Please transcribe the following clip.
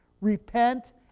Repent